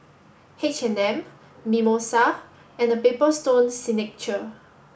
H and M Mimosa and The Paper Stone Signature